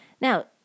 Now